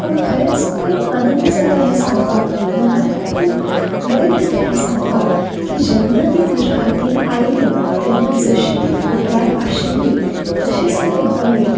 पूण खरेंच खूब आनंद जाता हें सांगपाक मनाक खूब बरें दिसता हें सांगपाक की जेन्ना ती म्हज्या हातीन आयली तेन्ना जशी ती फोटवार आशिल्लीं तशीच ती म्हाका मेळ्ळी